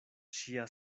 ŝia